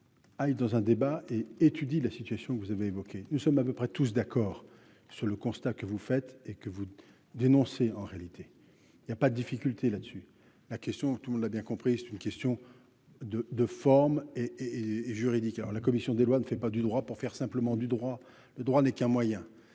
aillent dans un débat et étudie la situation que vous avez, nous sommes à peu près tous d'accord sur le constat que vous faites et que vous dénoncez, en réalité, il y a pas de difficulté là-dessus la question tout le monde l'a bien compris, c'est une question de de forme et et juridique alors la commission des lois, ne fait pas du droit pour faire simplement du droit, le droit n'est qu'un moyen,